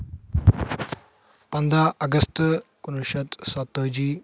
پنٛداہ اَگست کُنوُہ شیٚتھ ستتٲجی